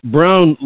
Brown